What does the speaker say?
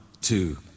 two